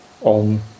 on